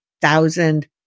thousand